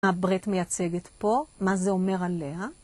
הברית מייצגת פה, מה זה אומר עליה?